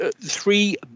three